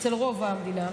אצל רוב המדינה.